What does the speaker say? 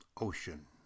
ocean